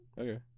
Okay